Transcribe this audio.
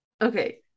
Okay